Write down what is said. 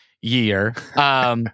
year